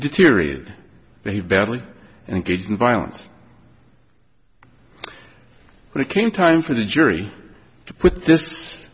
deteriorated very badly and getting violence when it came time for the jury to put this